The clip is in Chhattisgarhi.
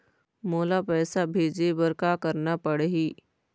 मोला पैसा भेजे बर का करना पड़ही?